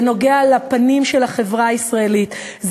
זה נוגע בפנים של החברה הישראלית,